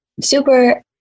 Super